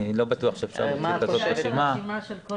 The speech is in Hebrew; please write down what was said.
אני לא בטוח שאפשר לתת רשימה כזאת.